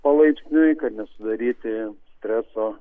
palaipsniui kad nesudaryti streso